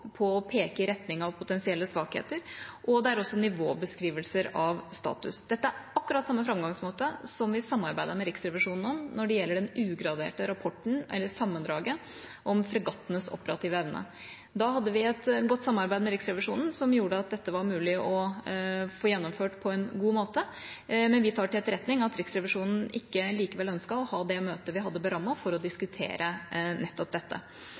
på å peke i retning av potensielle svakheter, og det er nivåbeskrivelser av status. Dette er akkurat samme framgangsmåte som vi samarbeidet med Riksrevisjonen om når det gjaldt det ugraderte sammendraget av rapporten om fregattenes operative evne. Da hadde vi et godt samarbeid med Riksrevisjonen som gjorde at dette var mulig å få gjennomført på en god måte, men vi tar til etterretning at Riksrevisjonen likevel ikke ønsket å ha det møtet vi hadde berammet for å diskutere nettopp dette.